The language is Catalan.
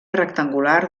rectangular